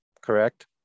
Correct